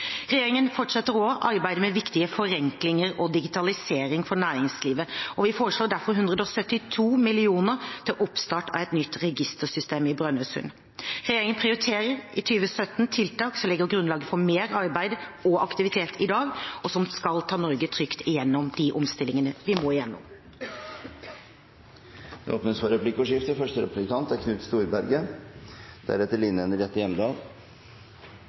Regjeringen fortsetter også arbeidet med viktige forenklinger og digitalisering for næringslivet, og vi foreslår derfor 172 mill. kr til oppstart av et nytt registersystem i Brønnøysund. Regjeringen prioriterer i 2017 tiltak som legger grunnlag for mer arbeid og aktivitet i dag, og som skal ta Norge trygt gjennom de omstillingene vi må igjennom. Det blir replikkordskifte. Det statlige eierskapet er viktig for landets økonomi, men det er